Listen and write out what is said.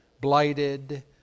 blighted